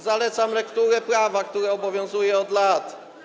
Zalecam lekturę prawa, które obowiązuje od lat.